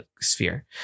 sphere